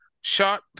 shot